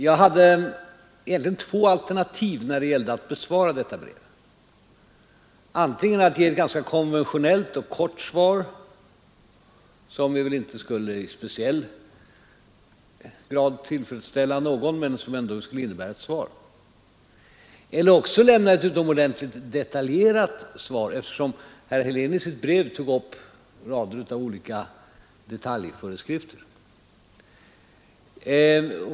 Jag hade två alternativ när det gällde att besvara detta brev: antingen att ge ett ganska konventionellt och kort svar, som väl inte i speciell grad skulle ha tillfredsställt någon men som ändå hade inneburit ett svar, eller också lämna ett utomordentligt detaljerat svar, eftersom herr Helén i sitt brev tog upp en rad olika detaljföreskrifter.